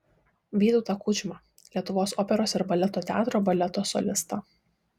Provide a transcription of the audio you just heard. vytautą kudžmą lietuvos operos ir baleto teatro baleto solistą